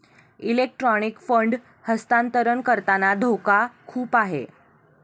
electronic fund हस्तांतरण करताना धोका खूप आहे